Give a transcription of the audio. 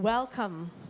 Welcome